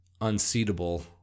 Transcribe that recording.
unseatable